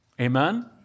Amen